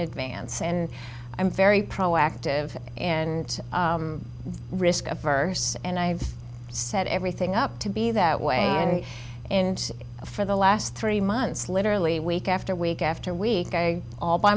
advance and i'm very proactive and risk averse and i've set everything up to be that way for the last three months literally week after week after week all by